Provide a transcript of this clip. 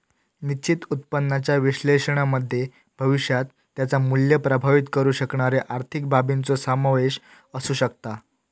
निश्चित उत्पन्नाच्या विश्लेषणामध्ये भविष्यात त्याचा मुल्य प्रभावीत करु शकणारे आर्थिक बाबींचो समावेश असु शकता